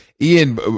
Ian